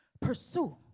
pursue